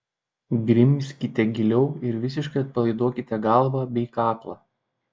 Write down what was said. grimzkite giliau ir visiškai atpalaiduokite galvą bei kaklą